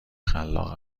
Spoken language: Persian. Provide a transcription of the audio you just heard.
خلاق